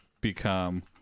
become